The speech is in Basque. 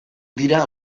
dira